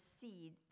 seed